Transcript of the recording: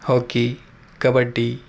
hockey kabaddi